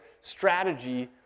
strategy